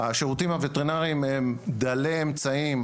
השירותים הווטרינרים הם דלי אמצעים,